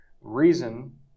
reason